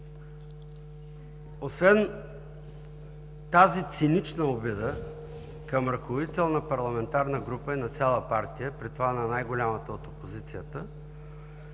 освен тази цинична обида към ръководител на парламентарна група и на цяла партия, при това на най-голямата от опозицията,